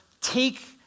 take